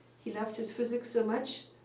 he loved his physics so much.